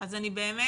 אז אני באמת